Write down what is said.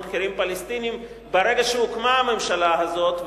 בכירים פלסטינים ברגע שהוקמה הממשלה הזאת,